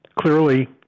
clearly